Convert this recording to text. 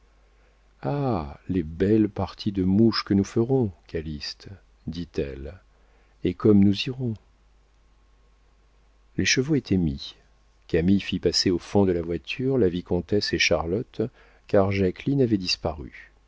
ah les belles parties de mouche que nous ferons calyste dit-elle et comme nous rirons les chevaux étaient mis camille fit passer au fond de la voiture la vicomtesse et charlotte car jacqueline avait disparu